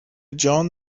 جان